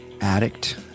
addict